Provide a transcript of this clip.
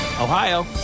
Ohio